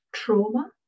trauma